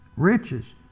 riches